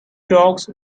dogs